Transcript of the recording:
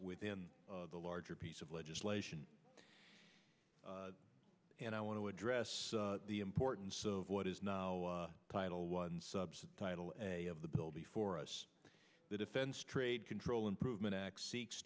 within the larger piece of legislation and i want to address the importance of what is now title one subtitle of the bill before us the defense trade control improvement act se